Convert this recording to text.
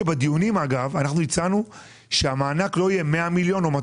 בדיונים הצענו המענק לא יהיה 100 מיליון שקלים או 200